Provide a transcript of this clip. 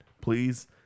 please